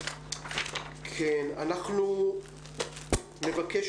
אנחנו נבקש